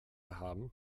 haben